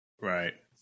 right